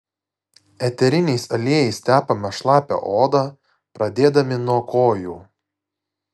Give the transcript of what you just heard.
eteriniais aliejais tepame šlapią odą pradėdami nuo kojų